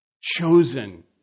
Chosen